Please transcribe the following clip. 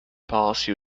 policy